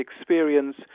experience